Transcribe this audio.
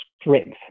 strength